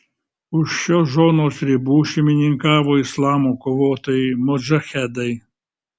už šios zonos ribų šeimininkavo islamo kovotojai modžahedai